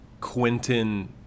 Quentin